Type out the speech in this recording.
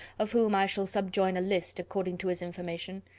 of whom i shall subjoin a list according to his information?